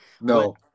No